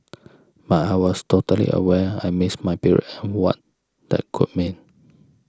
but I was totally aware I missed my periods and what that could mean